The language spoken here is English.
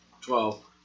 Twelve